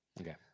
Okay